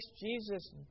Jesus